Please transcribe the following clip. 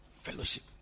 Fellowship